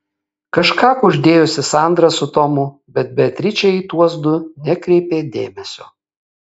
kažką kuždėjosi sandra su tomu bet beatričė į tuos du nekreipė dėmesio